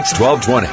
1220